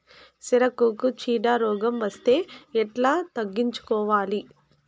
సిరాకుకు చీడ రోగం వస్తే ఎట్లా తగ్గించుకోవాలి?